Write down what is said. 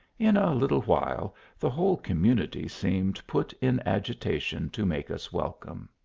in a little while the whole commu nity seemed put in agitation to make us welcome.